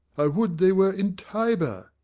i would they were in tiber!